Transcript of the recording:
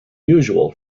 usual